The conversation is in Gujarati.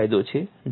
એ જ ફાયદો છે